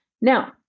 Now